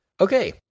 okay